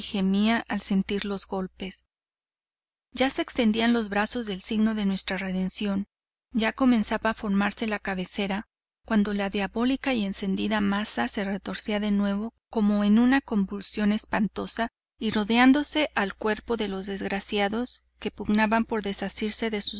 gemía al sentir los golpes ya se extendían los brazos del signo de nuestra redención ya comenzaba a formarse la cabecera cuando la diabólica y encendida masa se retorcía de nuevo como una convulsión espantosa y rodeándose al cuerpo de los desgraciados que pugnaban por desasirse de sus